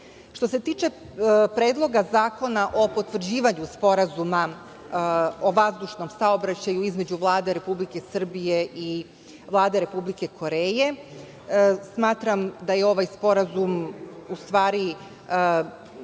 se tiče Predloga zakona o potvrđivanju Sporazuma o vazdušnom saobraćaju između Vlade Republike Srbije i Vlade Republike Koreje, smatram da je ovaj sporazum u stvari